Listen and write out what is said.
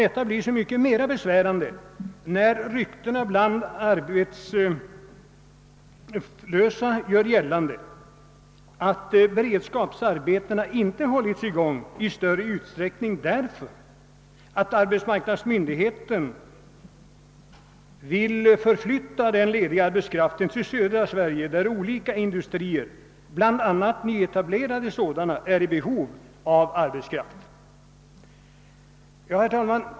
Detta blir så mycket mer besvärande när ryktena bland de arbetslösa gör gällande att beredskapsarbetena inte hållits i gång i större utsträckning därför att arbetsmarknadsmyndigheten vill förflytta den lediga arbetskraften till södra Sverige, där olika industrier — bl.a. nyetablerade sådana är i behov av arbetskraft. Herr talman!